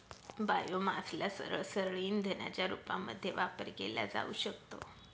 बायोमासला सरळसरळ इंधनाच्या रूपामध्ये वापर केला जाऊ शकतो